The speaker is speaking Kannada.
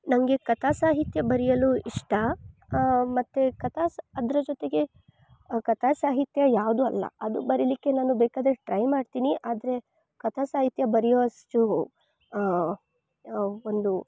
ನಂಗೆ ಕಥಾ ಸಾಹಿತ್ಯ ಬರೆಯಲು ಇಷ್ಟ ಮತ್ತು ಕಥಾ ಸಹ ಅದರ ಜೊತೆಗೆ ಕಥಾ ಸಾಹಿತ್ಯ ಯಾವುದು ಅಲ್ಲ ಅದು ಬರೀಲಿಕ್ಕೆ ನಾನು ಬೇಕಾದರೆ ಟ್ರೈ ಮಾಡ್ತೀನಿ ಆದರೆ ಕಥಾ ಸಾಹಿತ್ಯ ಬರಿವಷ್ಟು ಒಂದು